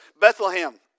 Bethlehem